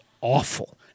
awful